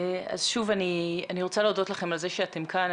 שוב אני רוצה להודות לכם על כך שאתם כאן.